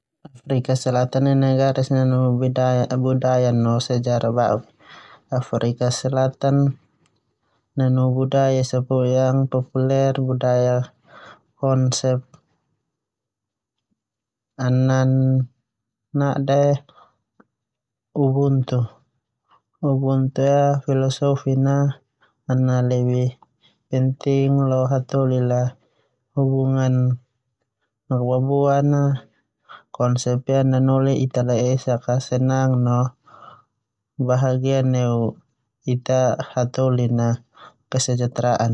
Afrika selatan ia nanu sejarah no budaya ba'uk. Afrika selatan nanu budaya esa populer budaya konsep q nade ubuntu. Ubuntu ia filosofi a lebih penti lo hataholi la hubungan komunitas a konsep ia nanoli ita laesak a senang no bahagia neu kesejahteraan komonitas.